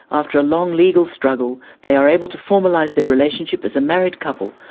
after a long legal struggle they are able to formalise their relationship as a married couple,